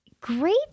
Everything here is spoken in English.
Great